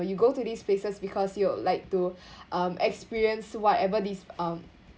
when you go to these places because you like to um experience whatever this um